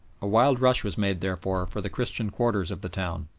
a wild rush was made, therefore, for the christian quarters of the town,